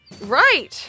Right